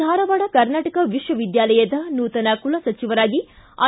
ಧಾರವಾಡ ಕರ್ನಾಟಕ ವಿಶ್ವವಿದ್ಯಾಲಯದ ನೂತನ ಕುಲಸಚಿವರಾಗಿ ಐ